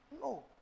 No